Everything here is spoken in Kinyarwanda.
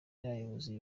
n’abayobozi